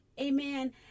amen